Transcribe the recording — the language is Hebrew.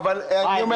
יכול להיות שהם יצאו,